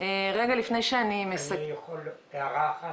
אפשר הערה אחת?